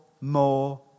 more